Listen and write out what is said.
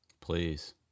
Please